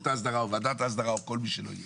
ההסדרה או ועדת ההסדרה או כל מי שלא יהיה.